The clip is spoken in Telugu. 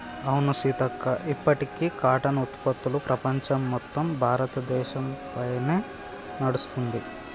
అవును సీతక్క ఇప్పటికీ కాటన్ ఉత్పత్తులు ప్రపంచం మొత్తం భారతదేశ పైనే నడుస్తుంది